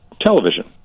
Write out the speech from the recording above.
television